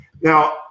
Now